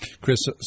Chris